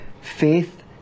faith